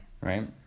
right